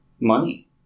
money